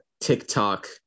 TikTok